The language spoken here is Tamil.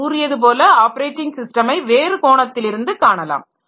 நான் கூறியது போல ஆப்பரேட்டிங் ஸிஸ்டமை வேறு கோணத்திலிருந்து காணலாம்